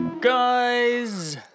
Guys